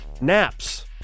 naps